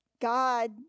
God